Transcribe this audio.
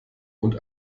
und